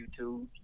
youtube